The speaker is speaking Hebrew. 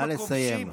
נא לסיים,